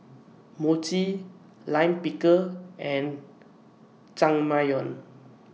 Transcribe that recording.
Mochi Lime Pickle and